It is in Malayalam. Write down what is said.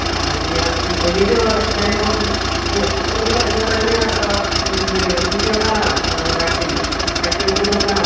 ആ ഇനി ഇനി ഒരു രണ്ട് മൂന്ന് മാസം കൂടി കഴിഞ്ഞാൽ അതിന് ഇത് സൂചി വയ്ക്കാനാവും വാക്സിൻ്റെ വാക്സിനേഷൻ കൊടുക്കാനാവും